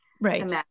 right